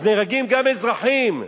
אז נהרגים גם אזרחים,